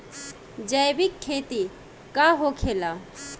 जैविक खेती का होखेला?